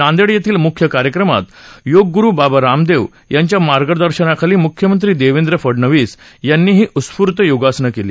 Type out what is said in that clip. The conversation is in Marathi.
नांदेड येथील मुख्य कार्यक्रमात योग गुरु बाबा रामदेव यांच्या मार्गदर्शनाखाली मुख्यमंत्री देवेंद्र फडणवीस यांनीही उत्फुर्त योगासनं केली